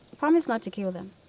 promise not to kill them.